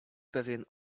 pewien